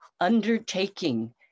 Undertaking